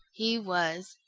he was.